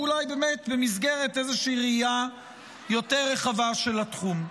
ואולי באמת במסגרת איזושהי ראייה יותר רחבה של התחום.